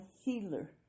healer